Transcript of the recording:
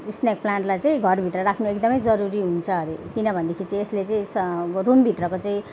snake प्लान्टलाई चाहिँ घरभित्र राख्नु एकदमै जरुरी हुन्छ अरे किनभनेदेखि चाहिँ यसले चाहिँ रुमभित्रको चाहिँ